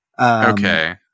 Okay